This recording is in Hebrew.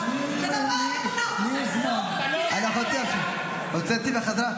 אני לא שמעתי.